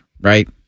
right